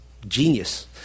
Genius